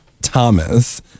Thomas